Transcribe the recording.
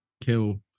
kill